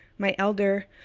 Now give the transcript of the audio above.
my elder,